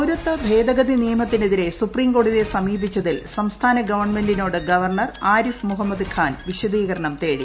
പൌരത്വ ഭേദഗതി ന്റിയ്മത്തിനെതിരെ സുപ്രീം കോടതിയെ സമീപിച്ചതിൽ സ്ഠ്സ്ഥാന ഗവൺമെന്റിനോട് ഗവർണർ ആരിഫ് മുഹമ്മദ് ഖാൻ വിശദീകരണം തേടി